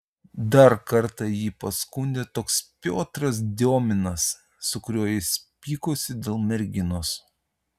dar kartą jį paskundė toks piotras diominas su kuriuo jis pykosi dėl merginos